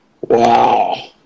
Wow